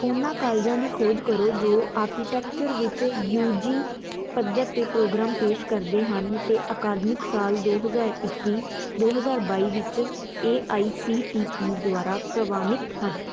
ਉਹਨਾਂ ਕਾਲਜਾਂ ਦੀ ਖੋਜ ਕਰੋ ਜੋ ਆਰਕੀਟੈਕਚਰ ਵਿੱਚ ਯੂ ਜੀ ਪੱਧਰ ਦੇ ਪ੍ਰੋਗਰਾਮ ਪੇਸ਼ ਕਰਦੇ ਹਨ ਅਤੇ ਅਕਾਦਮਿਕ ਸਾਲ ਦੋ ਹਜ਼ਾਰ ਇੱਕੀ ਦੋ ਹਜ਼ਾਰ ਬਾਈ ਵਿੱਚ A I C T E ਦੁਆਰਾ ਪ੍ਰਵਾਨਿਤ ਹਨ